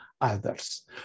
others